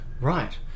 right